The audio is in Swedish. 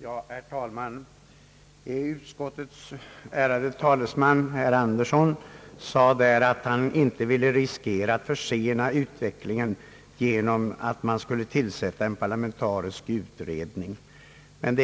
Herr talman! Utskottets ärade talesman herr Andersson sade att han inte ville riskera att försena utvecklingen genom tillsättandet av en parlamentarisk utredning, men